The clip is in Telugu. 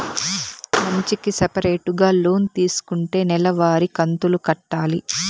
మంచికి సపరేటుగా లోన్ తీసుకుంటే నెల వారి కంతు కట్టాలి